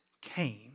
came